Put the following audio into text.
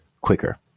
quicker